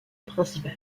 principal